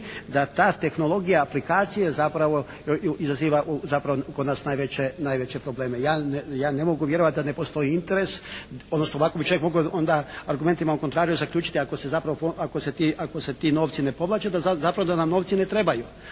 da ta tehnologija, aplikacije zapravo izaziva zapravo kod nas najveće probleme. Ja ne mogu vjerovati da ne postoji interes, odnosno ovako bi čovjek mogao onda argumentima …/Govornik se ne razumije./… zaključiti ako se zapravo, ako se ti novci ne povlače da zapravo da nam novci ne trebaju,